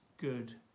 good